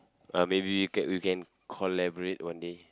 uh maybe we can you can collaborate one day